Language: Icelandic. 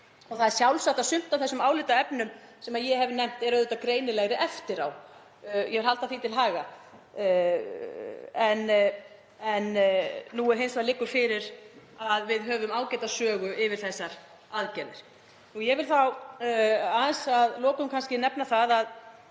Það er sjálfsagt að sum af þessum álitaefnum sem ég hef nefnt eru auðvitað greinilegri eftir á, ég vil halda því til haga. En nú liggur hins vegar fyrir að við höfum ágæta sögu yfir þessar aðgerðir. Ég vil aðeins að lokum nefna sem